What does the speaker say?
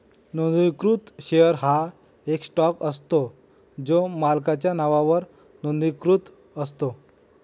नोंदणीकृत शेअर हा एक स्टॉक असतो जो मालकाच्या नावावर नोंदणीकृत असतो